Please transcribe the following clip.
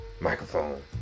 microphone